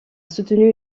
soutenu